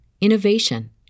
innovation